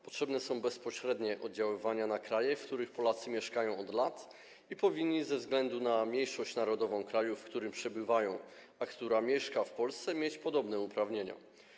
Potrzebne jest bezpośrednie oddziaływanie na kraje, w których Polacy mieszkają od lat i powinni ze względu na prawa mniejszości narodowych z krajów, gdzie przebywają, które mieszkają w Polsce, mieć podobne uprawnienia.